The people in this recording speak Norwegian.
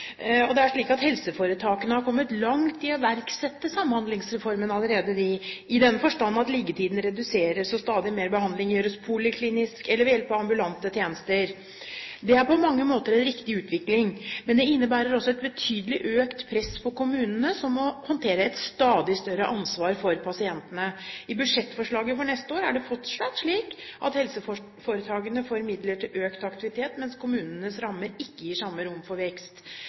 Det er slik at helseforetakene har kommet langt i å iverksette Samhandlingsreformen allerede, i den forstand at liggetiden reduseres og stadig mer behandling gjøres poliklinisk eller ved hjelp av ambulante tjenester. Det er på mange måter en riktig utvikling, men det innebærer også et betydelig økt press på kommunene, som må håndtere et stadig større ansvar for pasientene. I budsjettforslaget for neste år er det fortsatt slik at helseforetakene får midler til økt aktivitet, mens kommunenes rammer ikke gir samme rom for vekst.